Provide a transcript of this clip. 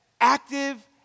active